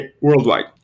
worldwide